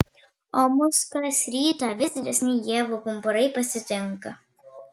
o mus kas rytą vis didesni ievų pumpurai pasitinka